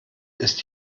ist